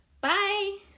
Bye